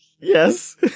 Yes